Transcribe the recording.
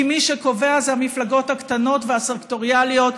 כי מי שקובע הן המפלגות הקטנות והסקטוריאליות,